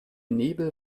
nebel